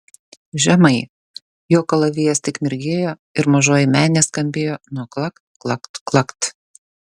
žemai jo kalavijas tik mirgėjo ir mažoji menė skambėjo nuo klakt klakt klakt